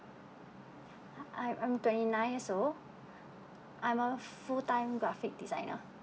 I am twenty nine years old I'm a full time graphic designer